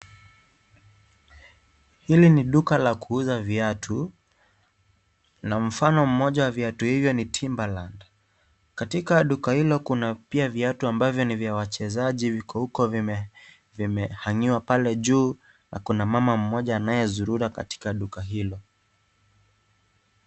Hili ni duka la kuuza vuatu na mfano moja ya viatu hivyo ni Timberland , katika duka hilo kuna pia viatu vya wachezaji viko huko vimehangiwa pale juu na kuna mama mmoja anayezurura katika duka hilo.